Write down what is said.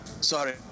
sorry